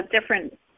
different